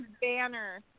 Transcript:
banner